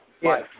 Yes